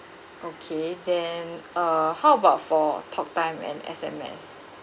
okay then uh how about for talk time and S_M_S